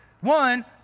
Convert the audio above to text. One